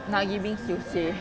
nak gi bingsoo seh